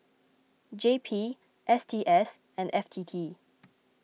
J P S T S and F T T